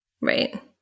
right